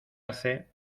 hace